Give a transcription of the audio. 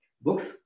books